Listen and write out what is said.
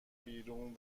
بیرون